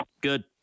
Good